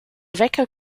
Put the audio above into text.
wecker